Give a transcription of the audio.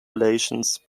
relations